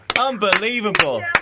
Unbelievable